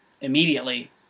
immediately